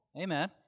Amen